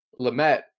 lamette